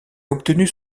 obtenu